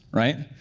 right?